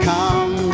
Come